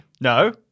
No